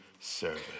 service